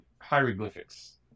hieroglyphics